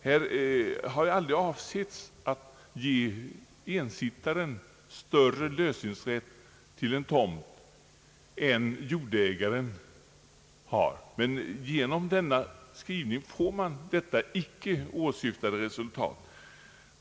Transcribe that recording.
Det har aldrig avsetts att ensittaren skulle få större lösningsrätt till en tomt än jordägaren har, men genom denna skrivning får man detta icke åsyftade resultat.